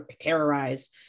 terrorized